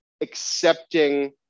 accepting